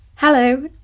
Hello